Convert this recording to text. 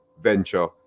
venture